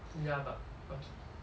ya but okay